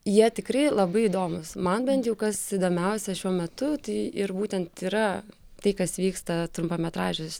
jie tikrai labai įdomūs man bent jau kas įdomiausia šiuo metu tai ir būtent yra tai kas vyksta trumpametražiuos